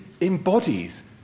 embodies